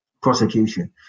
prosecution